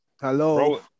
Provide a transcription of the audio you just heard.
Hello